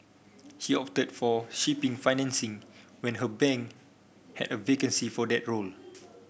she opted for shipping financing when her bank had a vacancy for that role